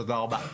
תודה רבה.